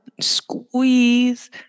Squeeze